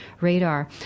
Radar